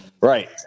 Right